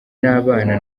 n’abana